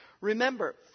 Remember